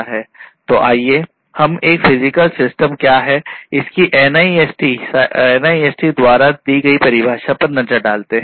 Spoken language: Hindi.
तो आइए हम एक फिजिकल सिस्टम क्या है इसकी NIST द्वारा दी गई परिभाषा पर नजर डालते हैं